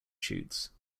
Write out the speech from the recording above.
shoots